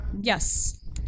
Yes